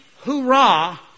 hoorah